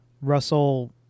Russell